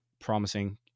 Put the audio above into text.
promising